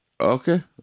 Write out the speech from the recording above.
okay